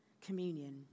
communion